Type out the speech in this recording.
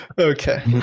okay